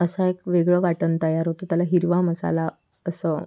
असं एक वेगळं वाटण तयार होतं त्याला हिरवा मसाला असं